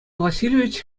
васильевич